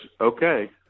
okay